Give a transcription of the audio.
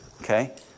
okay